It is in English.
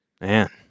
man